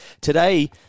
today